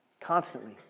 constantly